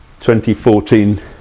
2014